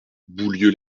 boulieu